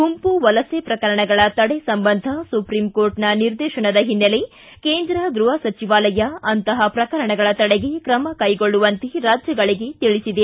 ಗುಂಪು ವಲಸೆ ಪ್ರಕರಣಗಳ ತಡೆ ಸಂಬಂಧ ಸುಪ್ರೀಂ ಕೋರ್ಟ್ನ ನಿರ್ದೇತನದ ಹಿನ್ನೆಲೆ ಕೇಂದ್ರ ಗೃಹ ಸಚಿವಾಲಯ ಅಂತಹ ಪ್ರಕರಣಗಳ ತಡೆಗೆ ಕ್ರಮ ಕೈಗೊಳ್ಳುವಂತೆ ರಾಜ್ಯಗಳಿಗೆ ತಿಳಿಸಿದೆ